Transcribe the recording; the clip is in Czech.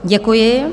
Děkuji.